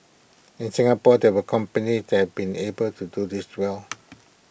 in Singapore there are companies that been able to do this well